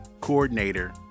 coordinator